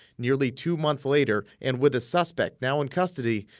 nearly two months later and with the suspect now in custody,